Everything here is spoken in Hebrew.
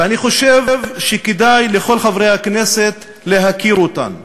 ואני חושב שכדאי לכל חברי הכנסת להכיר אותן: